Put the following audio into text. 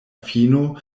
fino